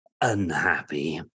unhappy